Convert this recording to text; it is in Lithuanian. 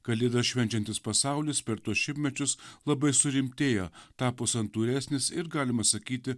kalėdas švenčiantis pasaulis per tuos šimtmečius labai surimtėjo tapo santūresnis ir galima sakyti